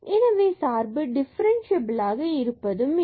எனவே சார்பு டிஃபரன்ஸியபிள் ஆக இருப்பது இல்லை